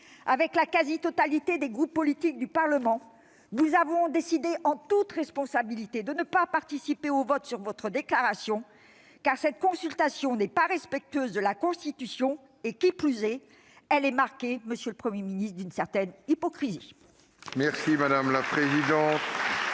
avec la quasi-totalité des groupes politiques du Parlement, nous avons décidé, en toute responsabilité, de ne pas participer au vote sur votre déclaration, car cette consultation n'est pas respectueuse de la Constitution et, qui plus est, elle est marquée, monsieur le Premier ministre, d'une certaine hypocrisie. La parole est